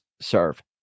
serve